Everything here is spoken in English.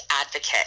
advocate